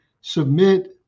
submit